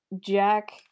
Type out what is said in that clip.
Jack